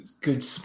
Good